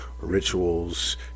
rituals